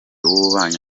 w’ububanyi